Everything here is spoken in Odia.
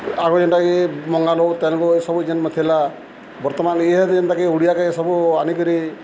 ଆଗ ଜେନ୍ଟାକି ବଙ୍ଗାଳ ତେଲୁଗୁ ଏସବୁ ଯେନ୍ ଥିଲା ବର୍ତ୍ତମାନ୍ ଇହାଦେ ଜେନ୍ଟାକି ଓଡ଼ିଆକେ ଏସବୁ ଆନିକରି